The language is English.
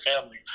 family